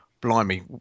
blimey